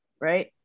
right